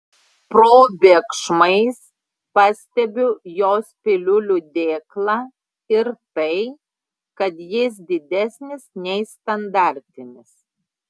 probėgšmais pastebiu jos piliulių dėklą ir tai kad jis didesnis nei standartinis